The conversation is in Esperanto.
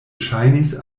ŝajnis